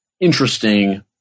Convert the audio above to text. interesting